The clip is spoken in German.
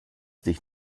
dich